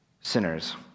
sinners